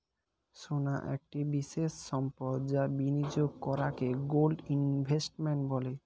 সোনা একটি বিশেষ সম্পদ যা বিনিয়োগ করাকে গোল্ড ইনভেস্টমেন্ট বলে